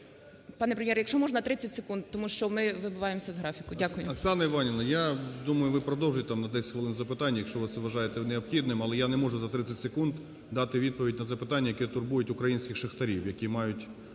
Пане Прем'єр, якщо можна, 30 секунд, тому що ми вибиваємося з графіку. Дякую.